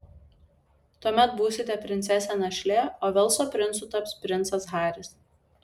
tuomet būsite princesė našlė o velso princu taps princas haris